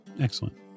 Excellent